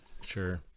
Sure